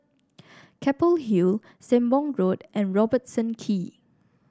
Keppel Hill Sembong Road and Robertson Quay